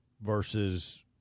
versus